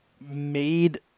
made